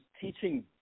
teaching